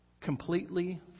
Completely